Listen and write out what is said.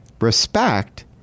respect